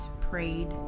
prayed